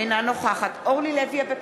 אינה נוכחת אורלי לוי אבקסיס,